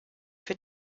für